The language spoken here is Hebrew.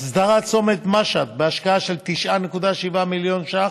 הסדרת צומת משהד, בהשקעה של 9.7 מיליון שקל,